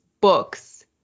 books